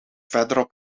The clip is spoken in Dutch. verderop